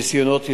ניסיונות ישנם,